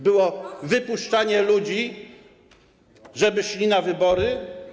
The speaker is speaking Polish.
Było wypuszczanie ludzi, żeby szli na wybory.